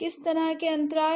किस तरह के अंतराल